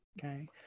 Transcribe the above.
okay